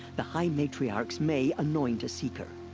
the high matriarchs may anoint a seeker.